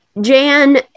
Jan